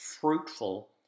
fruitful